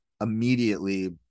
immediately